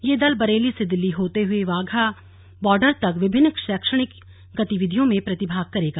यह दल बरेली से दिल्ली होते हुए वाघा बॉर्डर तक विभिन्न शैक्षणिक गतिविधियों में प्रतिभाग करेगा